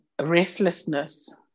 restlessness